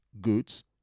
goods